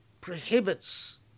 prohibits